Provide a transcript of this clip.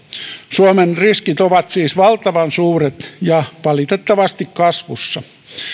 suomen riskit ovat siis valtavan suuret ja valitettavasti kasvussa